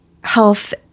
health